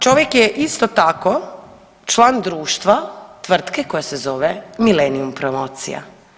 Čovjek je isto tako član društva, tvrtke koja se zove Milenium promocija.